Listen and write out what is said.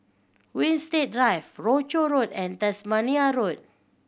Winstedt Drive Rochor Road and Tasmania Road